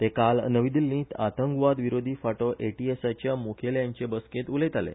ते काल नवी दिल्लीत आतंकवाद विरोधी फाटो एटीएसाच्या मुखेल्यांचे बसकेंत उलयताले